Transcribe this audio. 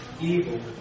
evil